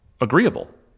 agreeable